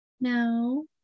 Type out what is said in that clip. No